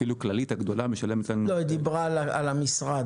אפילו כללית הגדולה- - היא דיברה על המשרד.